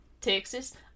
Texas